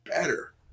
better